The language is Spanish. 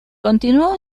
continuó